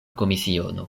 komisiono